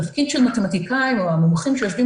התפקיד של המתמטיקאי או המומחים שיושבים